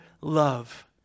love